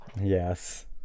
yes